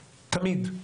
תמיד.